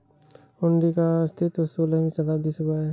हुंडी का अस्तित्व सोलहवीं शताब्दी से है